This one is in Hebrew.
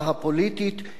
הקמתי את מפלגת התקווה,